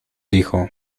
dijo